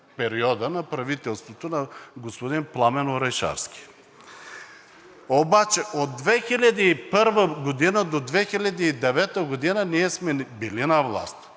на правителството на господин Пламен Орешарски. Обаче от 2001 г. до 2009 г. ние сме били на власт.